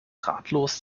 ratlos